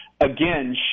again